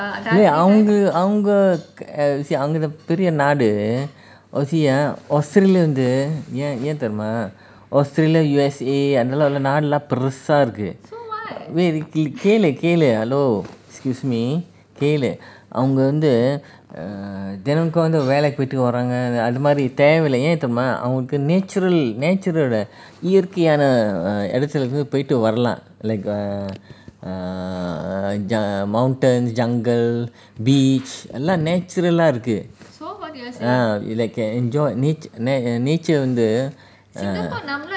அவங்க அவங்க அவங்க தான் பெரிய நாடு:avanga avanga avanga thaan periya naadu oh see ah australian வந்து ஏன் தெரியுமா:vanthu yen theriuma australia U_S_A அதுலாம் நாடுலாம் பெருசா இருக்கு கேளு கேளு:adhulam naadulam perusa iruku kelu kelu hello excuse me கேளு அவங்க வந்து தினமும் வந்து வேலைக்கு போய்ட்டு வராங்க அது மாதிரி தேவை இல்ல ஏன் தெரியுமா:keli avanga vanthu thinamum vanthu velaiku poitu varanga adhu mathiri poitu varalam naturally natural ஓட இயற்கையான இடத்துல இருந்து போய்ட்டு வரலாம் err mountains jungle beach எல்லாம்:ellam natural ஆ இருக்கு:aa iruku ah you like can enjoy nat~ na~ nature வந்து:vanthu ah